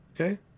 Okay